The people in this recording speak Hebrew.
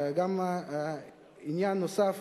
עניין נוסף